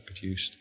produced